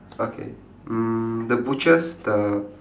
okay mm the butchers the